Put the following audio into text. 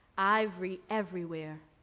ivory everywhere,